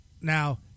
Now